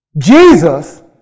Jesus